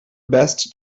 best